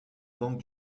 banque